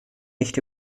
nicht